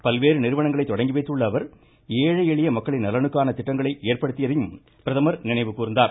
பல்வேறு நிறுவனங்களை தொடங்கிவைத்துள்ள அவர் எளிய ஏழை மக்களின் நலனுக்கான திட்டங்களை ஏற்படுத்தியதையும் பிரதமர் நினைவுகூர்ந்தார்